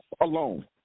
alone